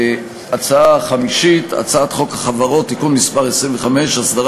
הצעת חוק החברות (תיקון מס' 25) (הסדרת